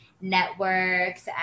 networks